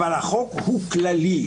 אבל החוק הוא כללי,